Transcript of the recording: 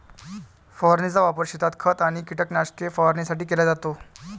फवारणीचा वापर शेतात खत आणि कीटकनाशके फवारणीसाठी केला जातो